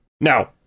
Now